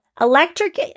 electric